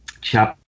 chapter